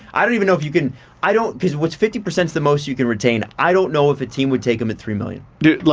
i don't even know if you can i don't because what. fifty percent is the most you can retain? i don't know if a team would take him at three million. dude,